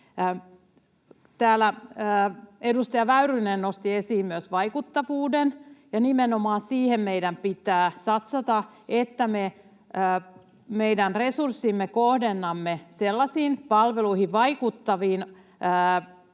edustaja Väyrynen nosti esiin myös vaikuttavuuden. Nimenomaan siihen meidän pitää satsata, että me meidän resurssimme kohdennamme sellaisiin palveluihin, vaikuttaviin